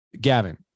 Gavin